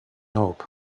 hope